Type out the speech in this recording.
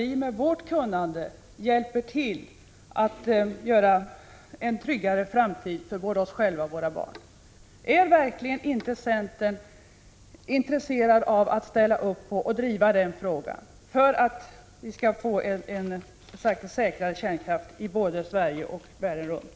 Vi med vårt kunnande måste alltså göra allt när det gäller att bidra till en tryggare framtid för oss själva och för våra barn. Är ni i centern verkligen inte intresserade av att driva den frågan? Det gäller ju att både i Sverige och i andra länder runt om i världen få en säkrare kärnkraft.